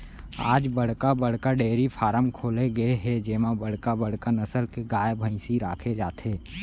आज बड़का बड़का डेयरी फारम खोले गे हे जेमा बड़का बड़का नसल के गाय, भइसी राखे जाथे